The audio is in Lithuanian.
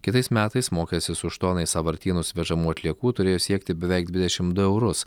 kitais metais mokestis už toną į sąvartynus vežamų atliekų turėjo siekti beveik dvidešim du eurus